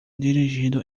dirigindo